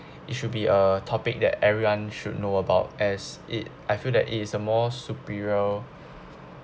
it should be a topic that everyone should know about as it I feel that it is a more superior